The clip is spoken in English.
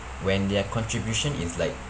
when their contribution is like